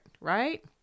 right